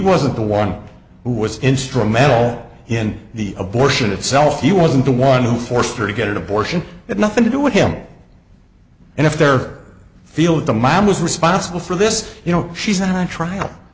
wasn't the one who was instrumental in the abortion itself he wasn't the one who forced her to get an abortion had nothing to do with him and if there feel that the mom was responsible for this you know she's on trial